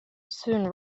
soon